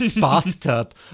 bathtub